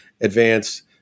advance